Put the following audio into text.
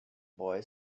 boy